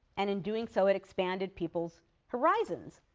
and in doing so it expanded people's horizons.